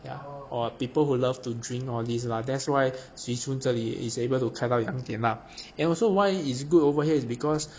yeah or people who love to drink all this lah that's why swee choon 这里 is able to 开到两点啦 and also why is good over here is because